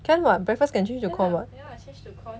can what breakfast can change to corn [what]